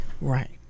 Right